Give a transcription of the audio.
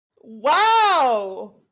Wow